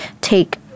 take